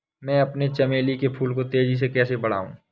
मैं अपने चमेली के फूल को तेजी से कैसे बढाऊं?